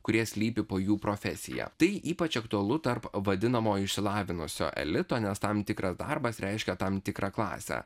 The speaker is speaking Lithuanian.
kurie slypi po jų profesija tai ypač aktualu tarp vadinamojo išsilavinusio elito nes tam tikras darbas reiškia tam tikrą klasę